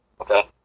Okay